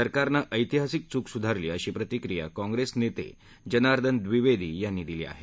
सरकारनं ऐतिहासिक चूक सुधारली अशी प्रतिक्रिया काँप्रेस नेते जनार्दन ड्रिवेदी यांनी दिली आहे